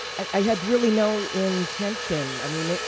i i had really no intention. i mean,